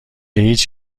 هیچ